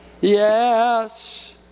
yes